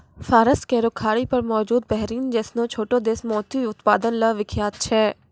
फारस केरो खाड़ी पर मौजूद बहरीन जैसनो छोटो देश मोती उत्पादन ल विख्यात छै